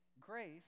Grace